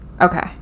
Okay